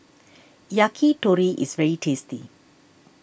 Yakitori is very tasty